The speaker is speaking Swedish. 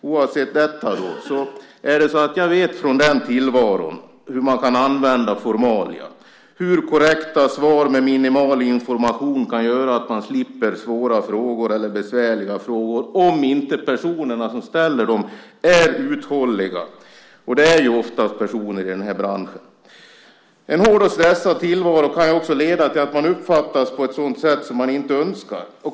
Oavsett detta är det så att jag vet från den tillvaron hur man kan använda formalia, hur korrekta svar med minimal information kan göra att man slipper svåra frågor eller besvärliga frågor, om inte personerna som ställer dem är uthålliga, och det är oftast personer i den här branschen. En hård och stressad tillvaro kan också leda till att man uppfattas på ett sådant sätt som man inte önskar.